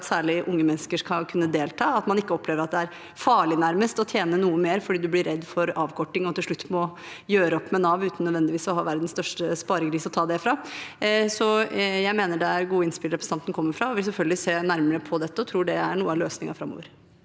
særlig unge mennesker skal kunne delta, at man ikke opplever at det nærmest er farlig å tjene noe mer fordi du blir redd for avkorting, og at du til slutt må gjøre opp med Nav – uten nødvendigvis å ha verdens største sparegris å ta det fra. Jeg mener det er gode innspill representanten kommer med, og vil selvfølgelig se nærmere på dette. Jeg tror dette er noe av løsningen framover.